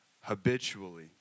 habitually